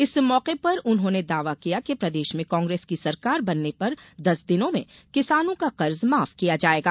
इस मौके पर उन्होंने दावा किया कि प्रदेश में कांग्रेस की सरकार बनने पर दस दिनों में किसानों का कर्ज माफ किया जायेगा